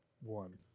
one